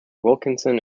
wilkinson